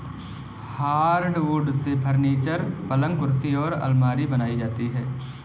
hardwood से furniture, पलंग कुर्सी और आलमारी बनाई जाती है